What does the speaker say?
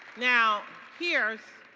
now here's